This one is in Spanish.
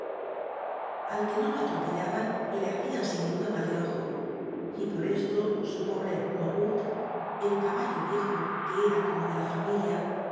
al que no lo atropellaban le hacían sin duda mal de ojo y por esto su pobre mornit el caballo viejo que era como de la familia